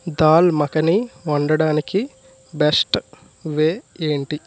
దాల్మఖని వండడానికి best way ఏంటి